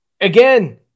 again